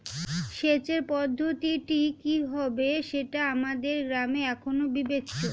সেচের পদ্ধতিটি কি হবে সেটা আমাদের গ্রামে এখনো বিবেচ্য